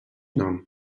nom